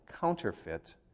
counterfeit